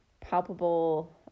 palpable